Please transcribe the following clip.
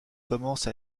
commence